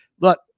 Look